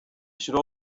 should